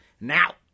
now